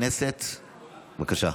הכנסת רון כץ לפרוטוקול.